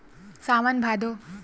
सावन भादो